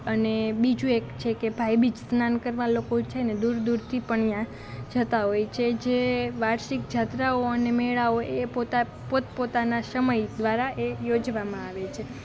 અને બીજું એક છે કે ભાઇબીજ સ્નાન કરવા લોકો છે ને દૂર દૂરથી પણ ત્યાં જતાં હોય છે જે વાર્ષિક જાત્રાઓ અને મેળાઓ એ પોત પોતાના સમય દ્વારા એ યોજવામાં આવે છે